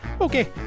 Okay